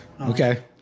Okay